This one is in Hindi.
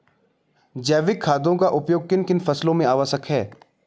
जैविक खादों का उपयोग किन किन फसलों में आवश्यक है?